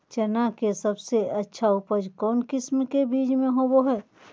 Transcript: चना के सबसे अच्छा उपज कौन किस्म के बीच में होबो हय?